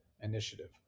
initiative